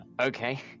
Okay